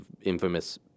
infamous